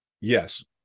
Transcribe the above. Yes